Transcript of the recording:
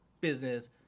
business